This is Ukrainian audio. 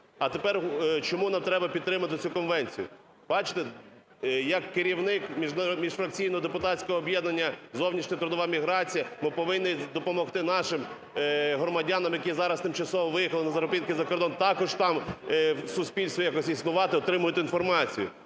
А тепер чому не треба підтримувати цю конвенцію? Бачите, як керівник міжфракційного депутатського об'єднання "Зовнішня трудова міграція", ми повинні допомогти нашим громадянам, які зараз тимчасово виїхали на заробітки за кордон, також там в суспільстві якось існувати, отримувати інформацію.